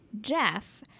Jeff